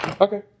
Okay